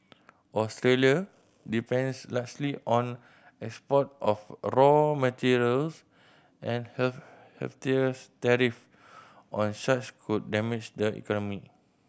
Australia depends largely on export of a raw materials and her heftier tariff on such could damage the economy